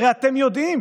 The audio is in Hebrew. הרי אתם יודעים